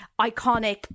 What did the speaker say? iconic